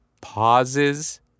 pauses